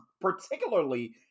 particularly